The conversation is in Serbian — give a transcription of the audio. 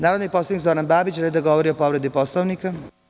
Narodni poslanik Zoran Babić želi da govori o povredi Poslovnika.